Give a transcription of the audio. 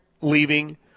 leaving